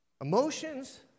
Emotions